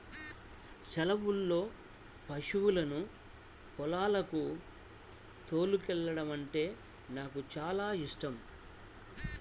సెలవుల్లో పశువులను పొలాలకు తోలుకెల్లడమంటే నాకు చానా యిష్టం